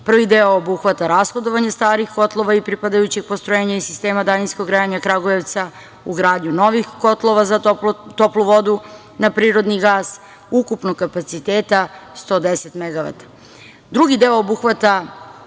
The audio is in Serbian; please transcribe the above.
Prvi deo obuhvata rashodovanje starih kotlova i pripadajućeg postrojenja i sistema daljinskog grejanja Kragujevca, ugradnju novih kotlova za toplu vodu na prirodni gas ukupnog kapaciteta 110 megavata. Drugi deo obuhvata